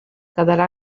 quedarà